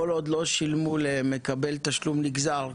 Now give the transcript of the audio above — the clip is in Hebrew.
כל עוד לא שילמו למקבל תשלום נגזר,